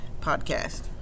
podcast